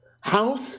House